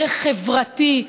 ערך חברתי,